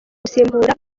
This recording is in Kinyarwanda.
gusimbura